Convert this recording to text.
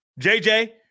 JJ